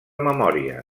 memòria